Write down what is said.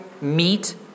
meat